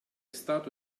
stato